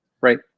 right